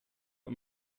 und